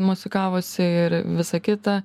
mosikavosi ir visa kita